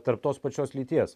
tarp tos pačios lyties